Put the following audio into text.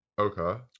Okay